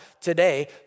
today